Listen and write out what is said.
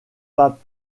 pas